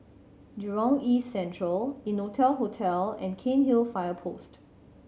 Jurong East Central Innotel Hotel and Cairnhill Fire Post